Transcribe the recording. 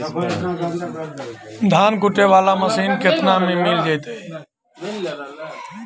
धान कुटे बाला मशीन केतना में मिल जइतै?